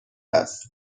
است